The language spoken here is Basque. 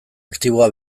aktiboa